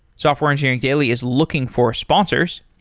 software engineering daily is looking for sponsors.